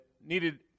needed